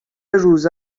روزه